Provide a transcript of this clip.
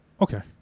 Okay